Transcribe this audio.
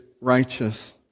righteous